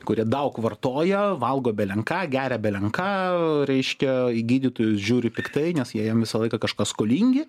kurie daug vartoja valgo belenką geria belenką reiškia į gydytojus žiūri piktai nes jie jiem visą laiką kažką skolingi